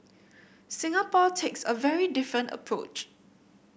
Singapore takes a very different approach